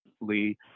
lee